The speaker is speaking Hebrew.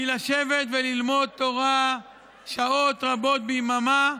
כי לשבת וללמוד תורה שעות רבות ביממה,